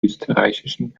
österreichischen